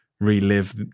relive